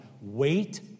Wait